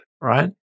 right